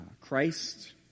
Christ